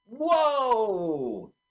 Whoa